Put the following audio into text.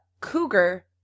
cougar